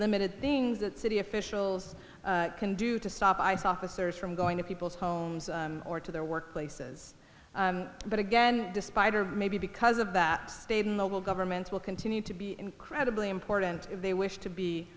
limited things that city officials can do to stop ice officers from going to people's homes or to their workplaces but again despite or maybe because of that state and local governments will continue to be incredibly important if they wish to be